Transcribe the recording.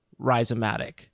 rhizomatic